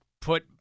put